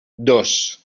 dos